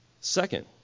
Second